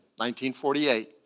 1948